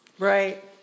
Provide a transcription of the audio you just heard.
Right